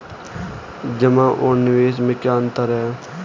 जमा और निवेश में क्या अंतर है?